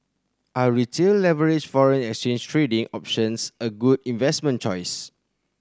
are retail leveraged foreign exchange trading options a good investment choice